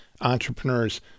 entrepreneurs